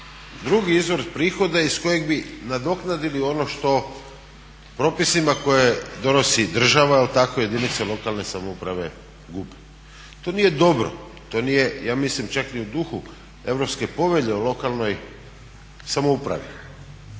drugi izvor prihod iz kojeg bi nadoknadili ono što propisima koje donosi država jel tako, jedinice lokalne samouprave gube. To nije dobro, to nije ja mislim čak ni u duhu Europske povelje o lokalnoj samoupravi.